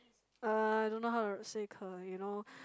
uh I don't know how to say 可：ke you know